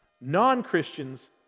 Non-Christians